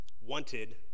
wanted